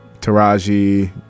Taraji